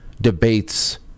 debates